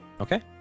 Okay